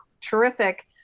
terrific